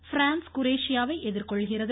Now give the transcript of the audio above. France குரேஷியாவை எதிர்கொள்கிறது